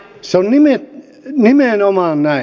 se on nimenomaan näin